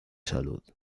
salud